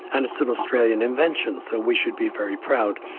and it's an australian invention so we should be very proud,